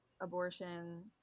abortion